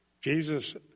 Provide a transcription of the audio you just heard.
Jesus